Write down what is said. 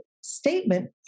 statement